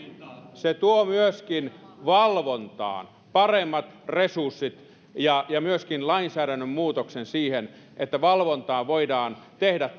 se tuo myöskin valvontaan paremmat resurssit ja ja myöskin lainsäädännön muutoksen siihen että valvontaa voidaan tehdä